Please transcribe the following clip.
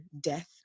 death